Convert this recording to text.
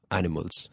animals